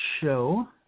show